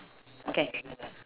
okay